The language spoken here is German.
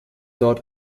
dort